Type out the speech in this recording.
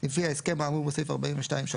לפי ההסכם האמור בסעיף 42(3),